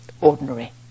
ordinary